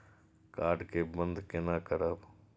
Card के बन्द केना करब?